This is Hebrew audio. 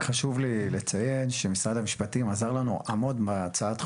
רק חשוב לי לציין שמשפט המשפטים עזר לנו המון בהצעת החוק.